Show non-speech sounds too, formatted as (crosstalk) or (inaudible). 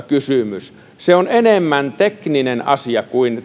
(unintelligible) kysymys vaalien ajankohdasta on enemmän tekninen asia kuin (unintelligible)